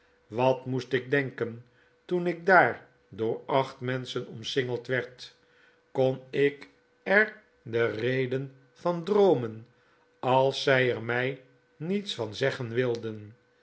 wat moest ik denken toen ik daar door acht menschen omsingeld werd kon ik er de reden van droomen als zij er mij niets van zeggen wilden